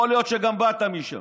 יכול להיות שגם באת משם.